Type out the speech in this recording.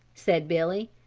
said billy.